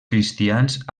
cristians